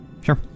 Sure